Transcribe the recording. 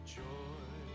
joy